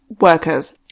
workers